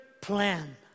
plan